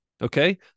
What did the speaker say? Okay